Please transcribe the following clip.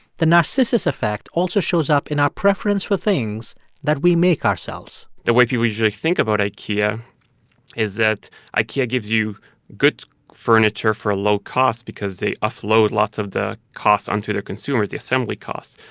the narcissus effect also shows up in our preference for things that we make ourselves the way people usually think about ikea is that ikea gives you good furniture for a low cost because they offload lots of the costs onto their consumer the assembly costs.